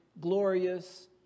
glorious